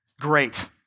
great